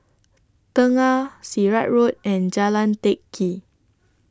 Tengah Sirat Road and Jalan Teck Kee